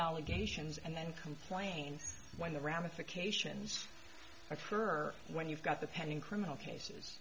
allegations and then complain when the ramifications occur when you've got the pending criminal cases